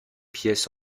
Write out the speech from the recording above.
pièces